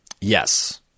Yes